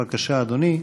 בבקשה, אדוני.